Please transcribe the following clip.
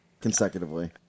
Consecutively